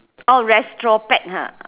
orh retrospect ha